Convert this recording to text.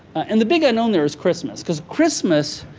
and the big unknown there is christmas, cause christmas,